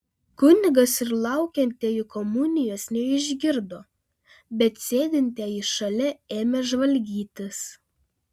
kunigas ir laukiantieji komunijos neišgirdo bet sėdintieji šalia ėmė žvalgytis